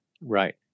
Right